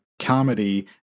comedy